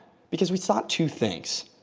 because we thought two things.